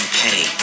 pay